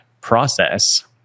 process